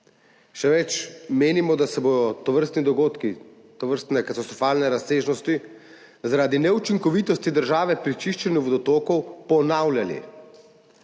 Še več, menimo, da se bodo tovrstni dogodki, tovrstne katastrofalne razsežnosti zaradi neučinkovitosti države pri čiščenju vodotokov ponavljali